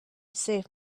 save